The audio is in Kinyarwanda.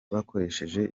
bakoresheje